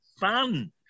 fun